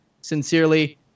Sincerely